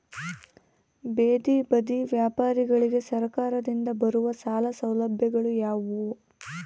ಬೇದಿ ಬದಿ ವ್ಯಾಪಾರಗಳಿಗೆ ಸರಕಾರದಿಂದ ಬರುವ ಸಾಲ ಸೌಲಭ್ಯಗಳು ಯಾವುವು?